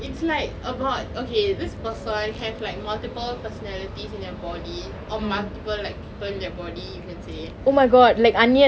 is like about okay this person have like multiple personality in their body or multiple people in their body you can say